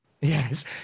Yes